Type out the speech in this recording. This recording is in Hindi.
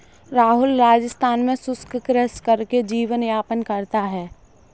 राहुल राजस्थान में शुष्क कृषि करके जीवन यापन करता है